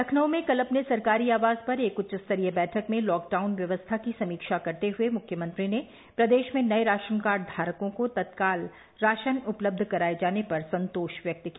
लखनऊ में कल अपने सरकारी आवास पर एक उच्च स्तरीय बैठक में लॉकडाउन व्यवस्था की समीक्षा करते हुए मुख्यमंत्री ने प्रदेश में नए राशन कार्ड धारकों को तत्काल राशन उपलब्ध कराए जाने पर संतोष व्यक्त किया